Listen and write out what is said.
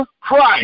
Christ